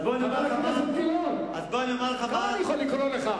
חבר הכנסת גילאון, כמה אני יכול לקרוא לך?